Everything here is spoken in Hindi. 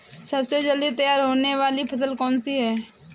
सबसे जल्दी तैयार होने वाली फसल कौन सी है?